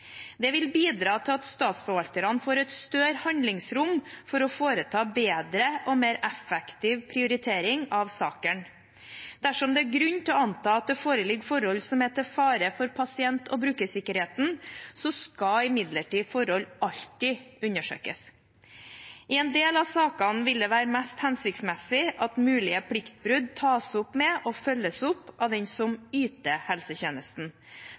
Det vil bidra til at statsforvalterne får et større handlingsrom for å foreta bedre og mer effektiv prioritering av sakene. Dersom det er grunn til å anta at det foreligger forhold som er til fare for pasient- og brukersikkerheten, skal imidlertid forholdet alltid undersøkes. I en del av sakene vil det være mest hensiktsmessig at mulige pliktbrudd tas opp med og følges opp av den som yter helsetjenesten.